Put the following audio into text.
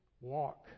walk